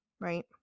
right